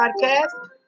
podcast